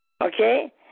Okay